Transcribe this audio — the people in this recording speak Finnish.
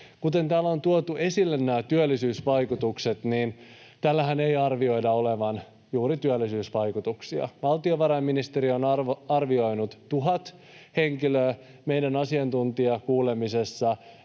Kuten täällä on tuotu esille nämä työllisyysvaikutukset, niin tällähän ei arvioida olevan juuri työllisyysvaikutuksia. Valtiovarainministeriö on arvioinut 1 000 henkilöä. Meidän asiantuntijakuulemisessamme